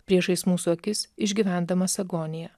priešais mūsų akis išgyvendamas agoniją